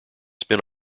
spin